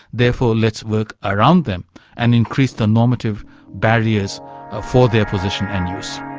therefore let's work around them and increase the normative barriers for their possession and